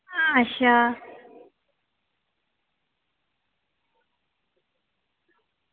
अच्छा